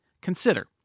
consider